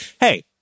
Hey